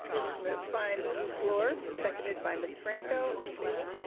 it is moved by mrs. fluor, seconded by ms. franco. all in favor?